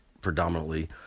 predominantly